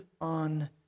on